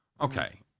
Okay